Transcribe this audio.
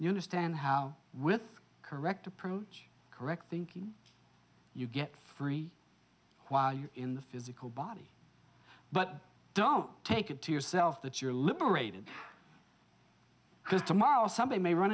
you understand how with correct approach correct thinking you get free while you're in the physical body but don't take it to yourself that you're liberated because tomorrow or somebody may run